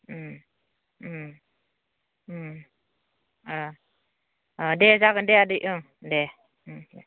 उम उम उम अ अ दे जागोन दे आदै ओं उम दे उम